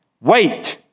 Wait